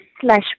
slash